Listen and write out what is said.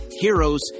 heroes